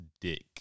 dick